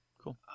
Cool